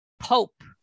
Pope